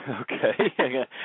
Okay